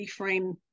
reframe